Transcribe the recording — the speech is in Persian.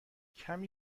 کمی